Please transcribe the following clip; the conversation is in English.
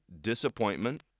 disappointment